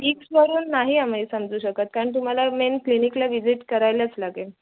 पिक्सवरून नाही आम्ही समजू शकत कारण तुम्हाला मेन क्लिनिकला व्हिजिट करायलाच लागेल